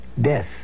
death